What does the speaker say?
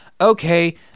okay